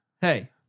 Hey